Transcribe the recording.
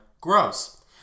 gross